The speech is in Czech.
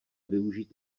využít